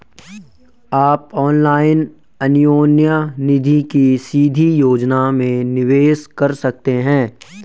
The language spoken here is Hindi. आप ऑनलाइन अन्योन्य निधि की सीधी योजना में निवेश कर सकते हैं